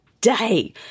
day